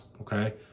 okay